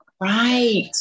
right